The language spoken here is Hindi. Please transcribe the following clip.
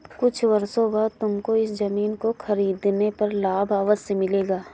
कुछ वर्षों बाद तुमको इस ज़मीन को खरीदने पर लाभ अवश्य मिलेगा